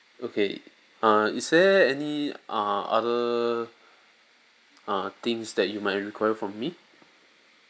okay err is there any uh other uh things that you might require from me